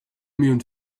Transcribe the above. immune